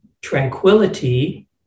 tranquility